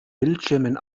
bildschirmen